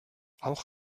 auch